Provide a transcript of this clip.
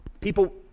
People